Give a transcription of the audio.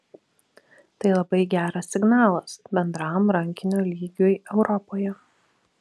tai labai geras signalas bendram rankinio lygiui europoje